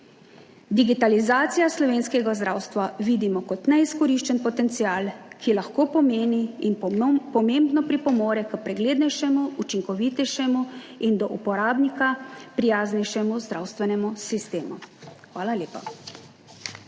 Digitalizacijo slovenskega zdravstva vidimo kot neizkoriščen potencial, ki lahko pomeni in pomembno pripomore k preglednejšemu, učinkovitejšemu in do uporabnika prijaznejšemu zdravstvenemu sistemu. Hvala lepa.